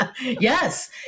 Yes